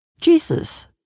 Jesus